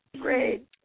Great